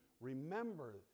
remember